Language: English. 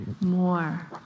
more